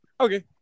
Okay